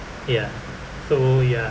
ya so ya